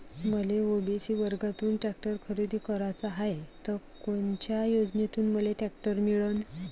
मले ओ.बी.सी वर्गातून टॅक्टर खरेदी कराचा हाये त कोनच्या योजनेतून मले टॅक्टर मिळन?